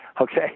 okay